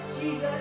Jesus